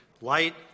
light